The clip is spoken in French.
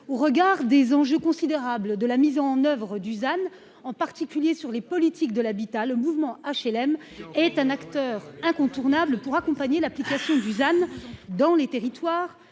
au regard des enjeux considérables de la mise en oeuvre Dusan en particulier sur les politiques de l'habitat. Le mouvement HLM est un acteur incontournable pour accompagner la petite nation Suzanne dans les territoires